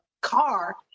car